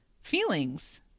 feelings